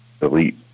elite